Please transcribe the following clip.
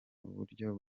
uburyo